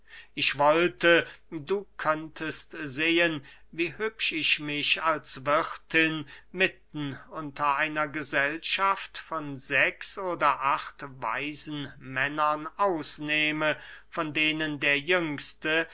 ich wollte du könntest sehen wie hübsch ich mich als wirthin mitten unter einer gesellschaft von sechs oder acht weisen männern ausnehme von denen der jüngste